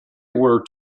were